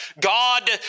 God